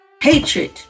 hatred